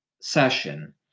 session